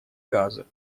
газа